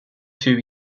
two